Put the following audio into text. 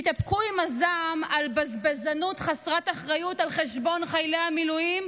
תתאפקו עם הזעם על בזבזנות חסרת אחריות על חשבון חיילי המילואים,